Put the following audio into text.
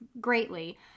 greatly